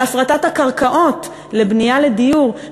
על הפרטת הקרקעות לבנייה לדיור,